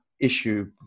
issue